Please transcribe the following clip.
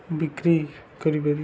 ବିକ୍ରି କରିପାରିବେ